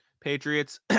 Patriots